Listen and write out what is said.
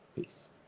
peace